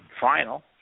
final